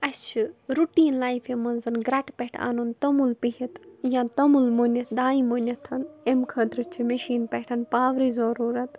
اَسہِ چھِ رُٹیٖن لایفہِ منٛز گرٛٮ۪ٹہٕ پٮ۪ٹھ اَنُن توٚمُل پِہِتھ یا توٚمُل مُنِتھ دانہِ مُنِتھ اَمہِ خٲطرٕ چھُ مِشیٖن پٮ۪ٹھ پاورٕچ ضٔروٗرتھ